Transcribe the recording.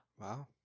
Wow